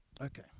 Okay